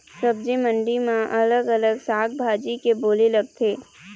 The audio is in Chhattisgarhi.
सब्जी मंडी म अलग अलग साग भाजी के बोली लगथे